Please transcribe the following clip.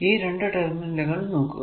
ഈ രണ്ടു ടെർമിനലുകൾ നോക്കുക